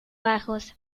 bajos